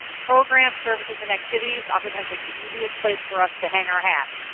programs, services and activities, oftentimes it's the easiest place for us to hang our hat.